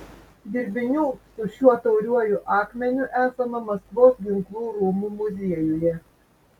dirbinių su šiuo tauriuoju akmeniu esama maskvos ginklų rūmų muziejuje